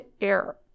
error